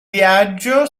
viaggio